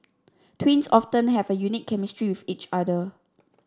twins often have a unique chemistry with each other